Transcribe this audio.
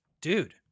dude